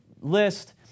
list